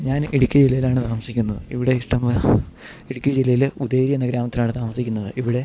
ഞാൻ ഇടുക്കി ജില്ലയിലാണ് താമസിക്കുന്നത് ഇവിടെ ഇഷ്ടം പോലെ ഇടുക്കി ജില്ലയിൽ ഉദയഗിരി എന്ന ഗ്രാമത്തിലാണ് താമസിക്കുന്നത് ഇവിടെ